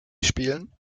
spielen